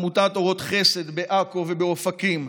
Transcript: עמותת אורות חסד בעכו ובאופקים,